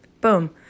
Boom